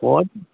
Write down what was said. okay